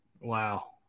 Wow